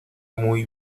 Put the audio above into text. muy